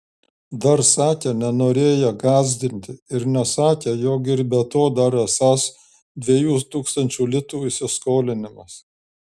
dar sakė nenorėję gąsdinti ir nesakę jog ir be to dar esąs dviejų tūkstančių litų įsiskolinimas